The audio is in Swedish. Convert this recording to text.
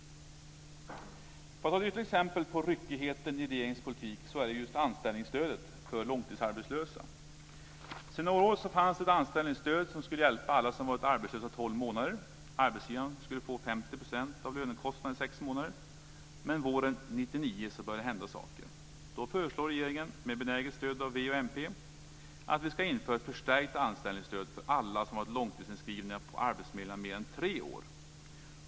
Ytterligare ett exempel på ryckigheten i regeringens politik är anställningsstödet för långtidsarbetslösa. Sedan några år fanns ett anställningsstöd som skulle hjälpa alla som varit arbetslösa tolv månader. Arbetsgivaren skulle få 50 % av lönekostnaden i sex månader. Men våren 1999 började det hända saker. Då föreslog regeringen, med benäget stöd av v och mp, att vi skulle införa ett förstärkt anställningsstöd för alla som varit långtidsinskrivna på arbetsförmedlingarna i mer än tre år.